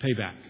Payback